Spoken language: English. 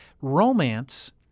Romance